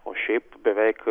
o šiaip beveik